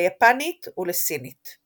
ליפנית ולסינית.